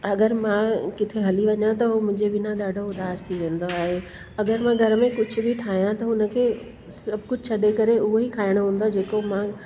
अगरि मां किथे हली वञा त हो मुंहिंजे बिना ॾाढो उदास थी वेंदो आहे अगरि मां घर में कुझु बि ठाहिया त हुनखे सभु कुझु छॾे करे उहेई खाइणो हूंदो आह जेको मां